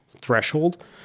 threshold